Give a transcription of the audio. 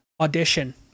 audition